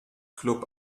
club